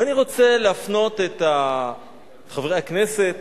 ואני רוצה להפנות את חברי הכנסת